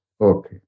Okay